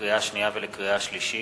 לקריאה שנייה ולקריאה שלישית: